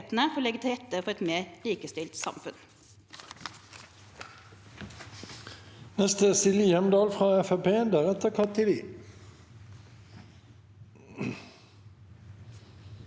for å legge til rette for et mer likestilt samfunn.